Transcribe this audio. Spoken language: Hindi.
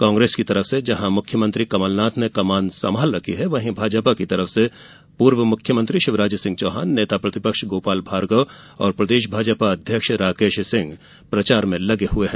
कांग्रेस की ओर से जहां कमान मुख्यमंत्री कमलनाथ ने संभाल रखी है वहीं भाजपा की ओर से पूर्व मुख्यमंत्री शिवराज सिंह चौहान नेता प्रतिपक्ष गोपाल भार्गव और प्रदेश भाजपा अध्यक्ष राकेश सिंह प्रचार में लगे हए है